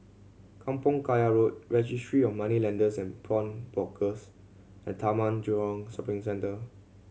Kampong Kayu Road Registry of Moneylenders and Pawnbrokers and Taman Jurong Shopping Centre